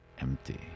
empty